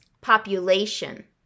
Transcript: population